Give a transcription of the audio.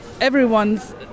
everyone's